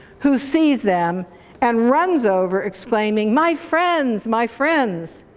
who sees them and runs over exclaiming, my friends, my friends.